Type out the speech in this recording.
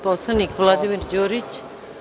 Poslanik Vladimir Đurić.